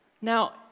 Now